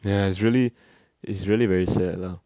ya it's really it's really very sad lah